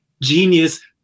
genius